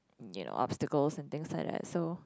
you know obstacles and things like that so